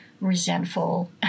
resentful